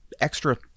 extra